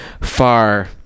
far